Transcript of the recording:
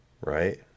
Right